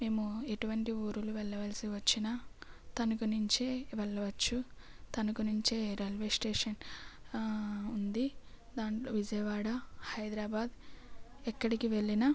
మేము ఎటువంటి ఊళ్ళు వెళ్ళవలసి వచ్చినా తణుకు నుంచే వెళ్ళవచ్చు తణుకు నుంచే రైల్వే స్టేషన్ ఉంది దాంట్లో విజయవాడ హైదరాబాద్ ఎక్కడికి వెళ్ళిన